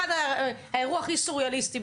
האירוע הכי סוריאליסטי,